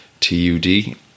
TUD